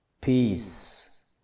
Peace